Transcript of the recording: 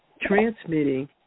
transmitting